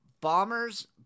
Bombers